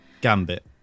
gambit